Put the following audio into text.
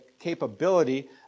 capability